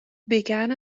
began